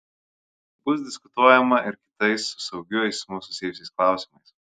bus diskutuojama ir kitais su saugiu eismu susijusiais klausimais